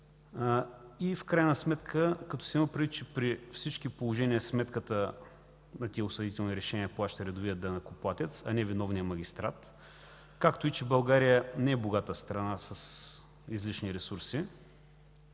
В крайна сметка, като се има предвид, че при всички положения сметката на тези осъдителни решения плаща редовият данъкоплатец, а не виновният магистрат, както и че България не е богата страна с излишни ресурси,